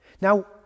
Now